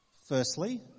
Firstly